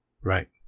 Right